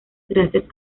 gracias